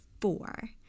four